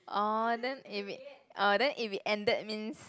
orh then if it uh then if it ended means